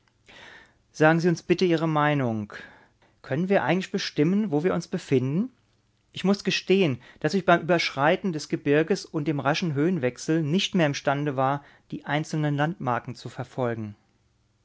sagen sie uns bitte ihre meinung können wir eigentlich bestimmen wo wir uns befinden ich muß gestehen daß ich beim überschreiten des gebirges und dem raschen höhenwechsel nicht mehr imstande war die einzelnen landmarken zu verfolgen